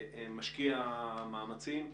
משקיע מאמצים.